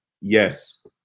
yes